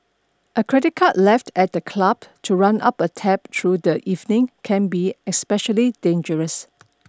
a credit card left at the club to run up a tab through the evening can be especially dangerous